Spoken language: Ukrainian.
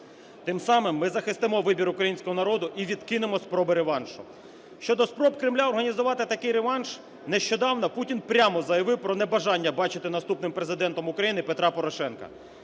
Тим самим ми захистимо вибір українського народу і відкинемо спроби реваншу. Щодо спроб Кремля організувати такий реванш. Нещодавно Путін прямо заявив про небажання бачити наступним Президентом України Петра Порошенка.